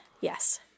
Yes